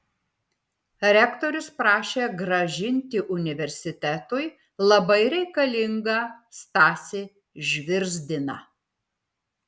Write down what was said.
rektorius prašė grąžinti universitetui labai reikalingą stasį žvirzdiną